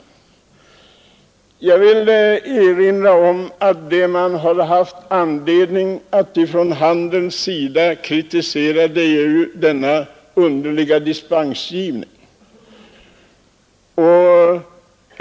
Jag vill erinra om att man från handelns sida haft anledning kritisera denna underliga dispensgivning.